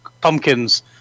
Pumpkins